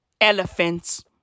Elephants